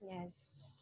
Yes